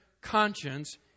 conscience